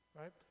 right